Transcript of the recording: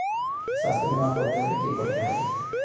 স্বাস্থ্যবীমা করতে হলে কি করতে হবে?